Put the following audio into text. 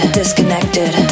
disconnected